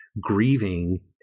grieving